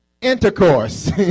Intercourse